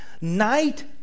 Night